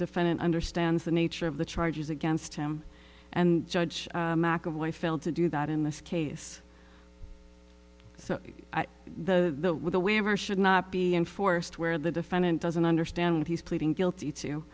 defendant understands the nature of the charges against him and judge mcevoy failed to do that in this case so the waiver should not be enforced where the defendant doesn't understand what he's pleading guilty to